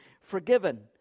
forgiven